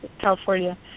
California